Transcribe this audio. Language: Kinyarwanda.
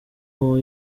uwo